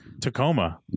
Tacoma